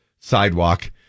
sidewalk